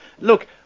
look